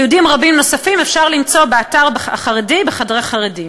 תיעודים רבים נוספים אפשר למצוא באתר החרדי "בחדרי חרדים".